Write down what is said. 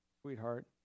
sweetheart